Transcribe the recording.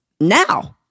now